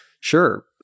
sure